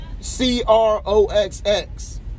C-R-O-X-X